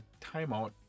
timeout